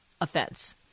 offense